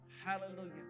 Hallelujah